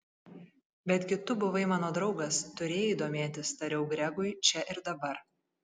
betgi tu buvai mano draugas turėjai domėtis tariau gregui čia ir dabar